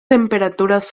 temperaturas